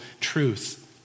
truth